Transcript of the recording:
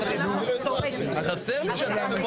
את הישיבה.